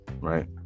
right